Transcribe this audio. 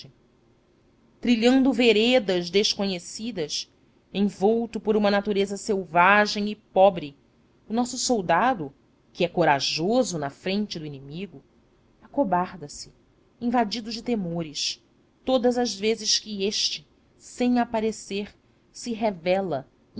trilhando veredas desconhecidas envolto por uma natureza selvagem e pobre o nosso soldado que é corajoso na frente do inimigo acobarda se invadido de temores todas as vezes que este sem aparecer se revela